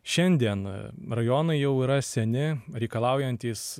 šiandien rajonai jau yra seni reikalaujantys